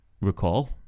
recall